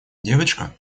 девочка